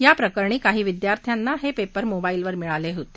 याप्रकरणी काही विद्यार्थ्यांना हे पेपर मोबाईल फोनवर मिळाले होते